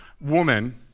woman